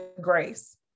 grace